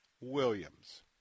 Williams